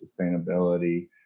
sustainability